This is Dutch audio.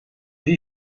die